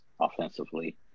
offensively